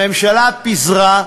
הממשלה פיזרה,